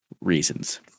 reasons